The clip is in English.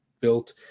built